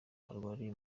arwariye